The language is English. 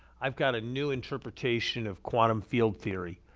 i've got a new interpretation of quantum field theory,